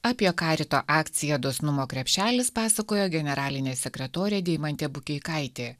apie karito akciją dosnumo krepšelis pasakojo generalinė sekretorė deimantė bukeikaitė